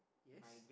yes